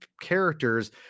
characters